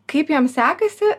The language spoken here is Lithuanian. kaip jom sekasi